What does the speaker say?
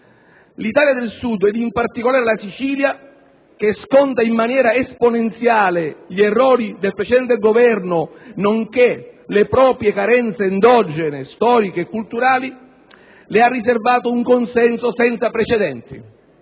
L'Italia del Sud, ed in particolare la Sicilia, che sconta in maniera esponenziale gli errori del precedente Governo, nonché le proprie carenze endogene e storico- culturali, le ha riservato un consenso senza precedenti.